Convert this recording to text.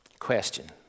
question